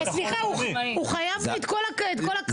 סליחה, הוא חייב לי את כל הקמפיין שלו.